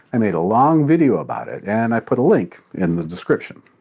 i made a long video about it and i put a link in the description.